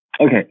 Okay